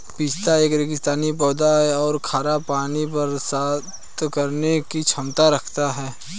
पिस्ता एक रेगिस्तानी पौधा है और खारा पानी बर्दाश्त करने की क्षमता रखता है